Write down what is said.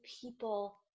people